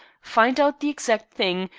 find out the exact thing,